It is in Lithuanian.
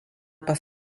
pas